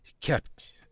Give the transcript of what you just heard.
Kept